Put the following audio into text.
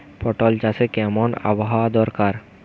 পটল চাষে কেমন আবহাওয়া দরকার?